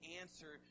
answer